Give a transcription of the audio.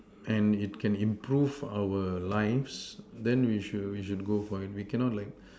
and it can improve our lives then we should we should go for it we cannot like